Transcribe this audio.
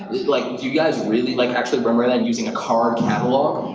it was like, do you guys really like actually remember that, using a card catalog?